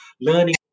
learning